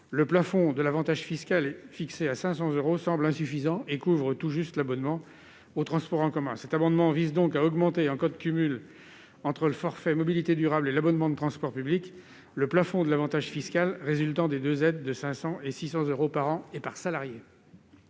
le plafond de l'avantage fiscal fixé à 500 euros semble insuffisant et couvre tout juste l'abonnement aux transports en commun. Cet amendement vise donc, en cas de cumul entre le forfait mobilités durables et l'abonnement de transports publics, à augmenter ce plafond de 500 euros à 600 euros par an et par salarié.